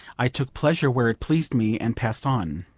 i took pleasure where it pleased me, and passed on.